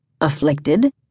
afflicted